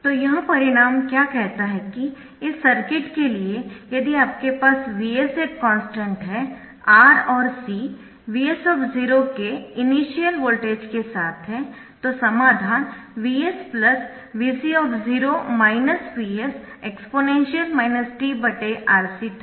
तो यह परिणाम क्या कहता है कि इस सर्किट के लिए यदि आपके पास Vs एक कॉन्स्टन्ट है R और C Vc के इनिशियल वोल्टेज के साथ है तो समाधान Vs Vc Vsexp tRC था